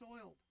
soiled